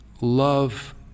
love